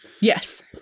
yes